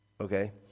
Okay